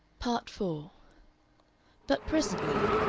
part four but presently,